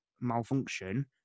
malfunction